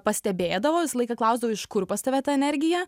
pastebėdavo visą laiką klausdavo iš kur pas tave ta energija